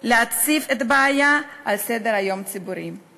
ולהציב את הבעיה על סדר-היום הציבורי.